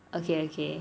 okay okay